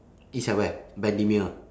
it's at where bendemeer